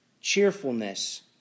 cheerfulness